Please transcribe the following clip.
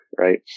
right